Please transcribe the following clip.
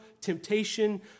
temptation